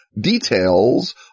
details